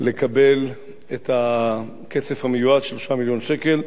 לקבל את הכסף המיועד, 3 מיליון שקלים,